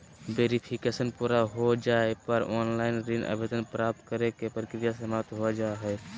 verification पूरा हो जाय पर ऑनलाइन ऋण आवेदन प्राप्त करे के प्रक्रिया समाप्त हो जा हय